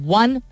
one